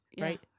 Right